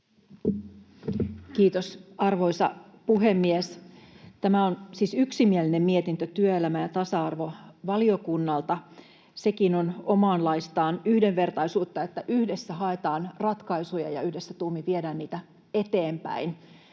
Kiitos, arvoisa puhemies! Tämä on siis yksimielinen mietintö työelämä- ja tasa-arvovaliokunnalta. Sekin on omanlaistaan yhdenvertaisuutta, että yhdessä haetaan ratkaisuja ja yhdessä tuumin viedään niitä eteenpäin.